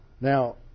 Now